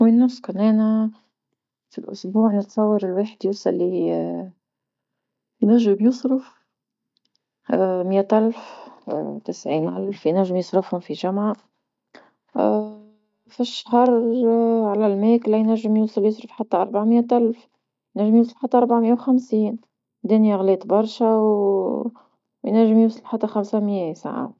وين نسكن أنا في الاسبوع نتصور لواحد يوصل ينجم يصرف مية ألف تسعين ألف ينجم يصرفهم في جمعة، في الشهر على الماكلة ينجم يوصل يصرف حتى ربعة مية الف ينجم يوصل حتى ربعمية وخمسين، الدنيا غلات برشا وينجم يوصل حتى حمسة مية ساعات.